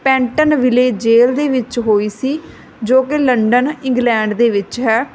ਪੈਂਟਨ ਵਿਲੇ jail ਦੇ ਵਿੱਚ ਹੋਈ ਸੀ ਜੋ ਕਿ ਲੰਡਨ ਇੰਗਲੈਂਡ ਦੇ ਵਿੱਚ ਹੈ